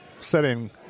setting